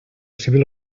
civil